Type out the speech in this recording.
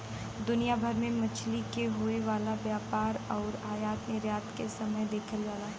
दुनिया भर में मछरी के होये वाला व्यापार आउर आयात निर्यात के काम देखल जाला